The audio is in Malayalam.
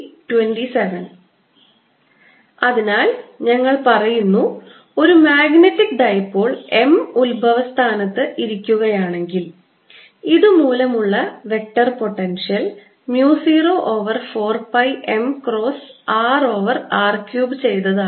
rr3 അതിനാൽ ഞങ്ങൾ പറയുന്നു ഒരു മാഗ്നറ്റിക് ഡൈപോൾ m ഉത്ഭവസ്ഥാനത്ത് ഇരിക്കുകയാണെങ്കിൽ ഇതുമൂലമുള്ള vector potential mu 0 over 4 pi m cross r over r cube ചെയ്തതാണ്